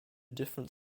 different